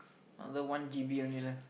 another one G_B only left